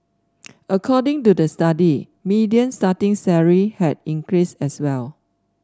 according to the median starting salary had increased as well